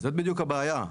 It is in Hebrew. זאת בדיוק הבעיה.